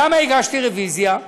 למה הגשתי רוויזיה?